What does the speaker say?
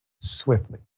swiftly